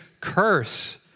curse